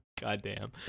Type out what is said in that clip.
Goddamn